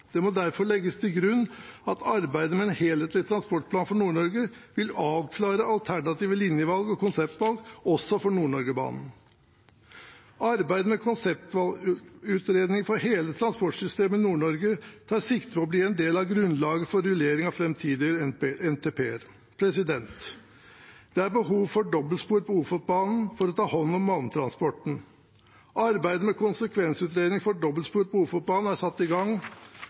Det må derfor legges til grunn at arbeidet med en helhetlig transportplan for Nord-Norge vil avklare alternative linjevalg og konseptvalg også for Nord-Norge-banen. Arbeidet med konseptvalgutredningen for hele transportsystemet i Nord-Norge tar sikte på å bli en del av grunnlaget for rullering av framtidige NTP-er. Det er behov for dobbeltspor på Ofotbanen for å ta hånd om malmtransporten. Arbeidet med konsekvensutredning for dobbeltspor på Ofotbanen er satt i gang,